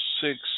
six